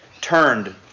turned